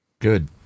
Good